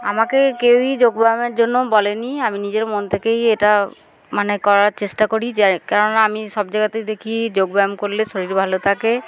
আমাকে কেউই যোগব্যায়ামের জন্য বলেন আমি নিজের মন থেকেই এটা মানে করার চেষ্টা করি যে কেননা আমি সব জায়গাতেই দেখি যোগব্যায়াম করলে শরীর ভালো থাকে